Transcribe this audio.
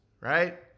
right